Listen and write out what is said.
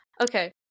okay